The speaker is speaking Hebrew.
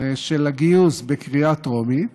של הגיוס בקריאה טרומית,